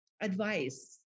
advice